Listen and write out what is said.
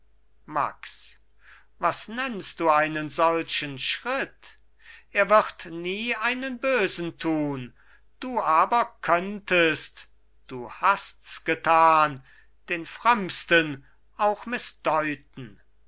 max was nennst du einen solchen schritt er wird nie einen bösen tun du aber könntest du hasts getan den frömmsten auch